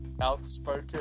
outspoken